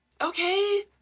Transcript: Okay